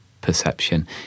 perception